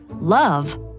love